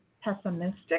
pessimistic